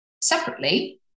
separately